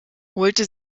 holte